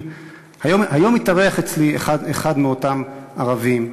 היום התארח אצלי אחד מאותם ערבים,